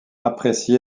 apprécié